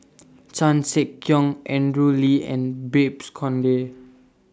Chan Sek Keong Andrew Lee and Babes Conde